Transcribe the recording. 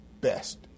best